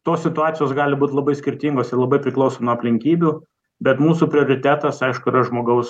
tos situacijos gali būt labai skirtingos ir labai priklauso nuo aplinkybių bet mūsų prioritetas aišku yra žmogaus